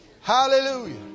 Hallelujah